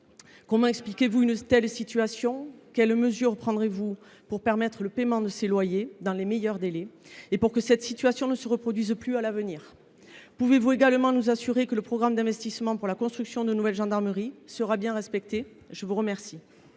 et c’est à vous d’en répondre. Quelles mesures prendrez vous pour permettre le paiement de ces loyers dans les meilleurs délais et pour que cette situation ne se reproduise plus à l’avenir ? Pouvez vous également nous assurer que le programme d’investissement pour la construction de nouvelles gendarmeries sera bien respecté ? La parole